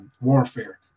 warfare